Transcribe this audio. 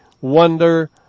wonder